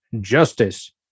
justice